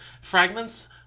fragments